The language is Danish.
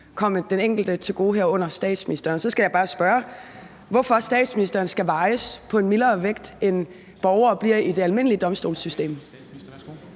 komme den enkelte til gode, herunder statsministeren. Så skal jeg bare spørge, hvorfor statsministeren skal vejes på en mildere vægt, end borgere bliver i det almindelige domstolssystem.